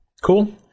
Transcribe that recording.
Cool